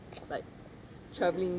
like travelling